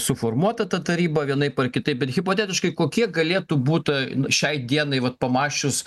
suformuota ta taryba vienaip ar kitaip bet hipotetiškai kokie galėtų būt šiai dienai vat pamąsčius